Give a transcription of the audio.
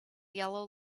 yellow